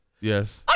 Yes